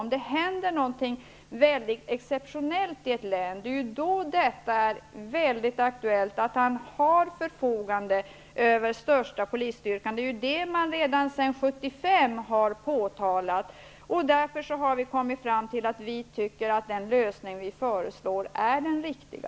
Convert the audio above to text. Om det händer något exceptionellt i ett län, är det angeläget att han förfogar över den största polisstyrkan. Det här har påpekats ända sedan 1975. Därför har vi i utskottet kommit fram till att vi tycker att den lösning vi föreslår är den riktiga.